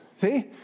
See